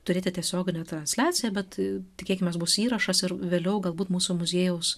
turėti tiesioginę transliaciją bet tikėkimės bus įrašas ir vėliau galbūt mūsų muziejaus